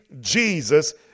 Jesus